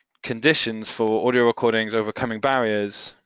conditions for audio recordings, overcoming barriers,